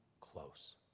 close